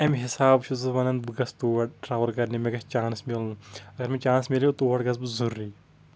اَمہِ حِسابہٕ چھُس بہٕ وَنان بہٕ گَژھٕ تور ٹرٛیٚوٕل کَرنِہ مےٚ گَژھِ چانس مِلُن اَگَر مےٚ چانٕس مِلیو تور گَژھٕ بہٕ ضروٗری